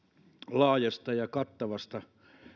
laajasta ja kattavasta